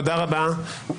תודה רבה.